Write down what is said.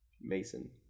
Mason